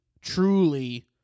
truly